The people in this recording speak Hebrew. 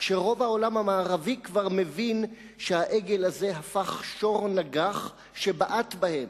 כשרוב העולם המערבי כבר מבין שהעגל הזה הפך שור נגח שבעט בהם,